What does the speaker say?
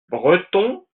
breton